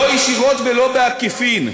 לא ישירות ולא בעקיפין.